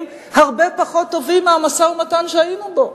הרבה פחות טובים מהמשא-ומתן שהיינו בו.